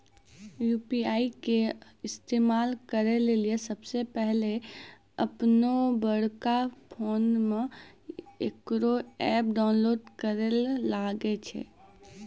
UPI के इस्तेमाल करै लेली सबसे पहिलै अपनोबड़का फोनमे इकरो ऐप डाउनलोड करैल लागै छै